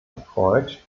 erfreut